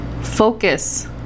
Focus